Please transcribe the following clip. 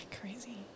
crazy